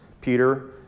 Peter